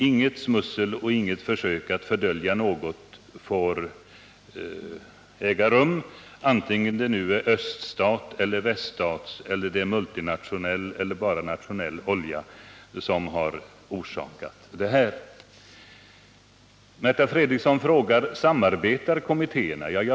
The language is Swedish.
Inget smussel och inget försök att fördölja något får äga rum vare sig det är öststatseller väststatsolja eller multinationell eller bara nationell olja som har orsakat katastrofen. Märta Fredrikson frågar om kommittéerna samarbetar.